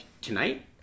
tonight